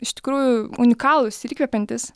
iš tikrųjų unikalūs ir įkvepiantys